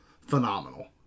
phenomenal